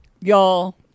Y'all